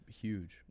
huge